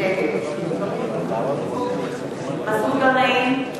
נגד מסעוד גנאים,